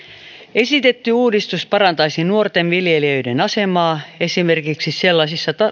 esitetty uudistus parantaisi nuorten viljelijöiden asemaa esimerkiksi sellaisissa